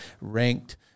ranked